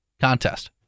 contest